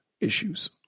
issues